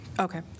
Okay